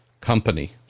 company